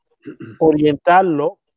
orientarlo